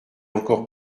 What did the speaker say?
encore